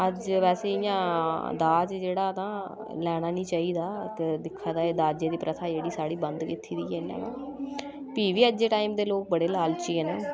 अज्ज वैसे इ'यां दाज जेह्ड़ा तां लैना नी चाहिदा इक दिक्खेआ जा दाजै दी प्रथा जेह्ड़ी साढ़ी बंद कीती दी ऐ इनें फ्ही बी अज्जै दे टाइम दे लोक बड़े लालची ऐ न